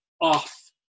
off